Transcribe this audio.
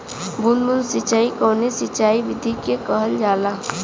बूंद बूंद सिंचाई कवने सिंचाई विधि के कहल जाला?